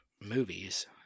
movies